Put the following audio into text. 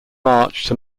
march